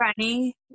funny